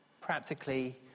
Practically